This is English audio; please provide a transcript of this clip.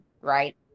right